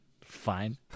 Fine